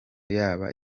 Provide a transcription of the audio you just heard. yaba